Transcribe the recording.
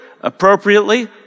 appropriately